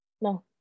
no